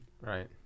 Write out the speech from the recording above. Right